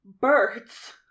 birds